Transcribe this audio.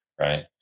right